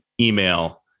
email